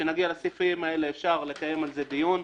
וכשנגיע האלה אפשר לקיים על זה דיון.